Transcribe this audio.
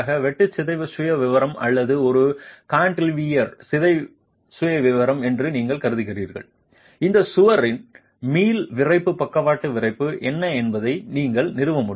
வெட்டு சிதைவு சுயவிவரம் அல்லது ஒரு கான்டிலீவர் சிதைவு சுயவிவரம் என்று நீங்கள் கருதுகிறீர்கள் இந்த சுவரின் மீள் விறைப்பு பக்கவாட்டு விறைப்பு என்ன என்பதை நீங்கள் நிறுவ முடியும்